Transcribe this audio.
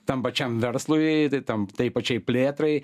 tam pačiam verslui tai tam tai pačiai plėtrai